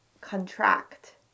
contract